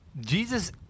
Jesus